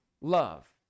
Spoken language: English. love